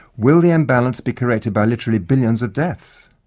will the imbalance be corrected by literally billions of deaths?